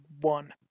one